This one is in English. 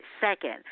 second